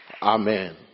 Amen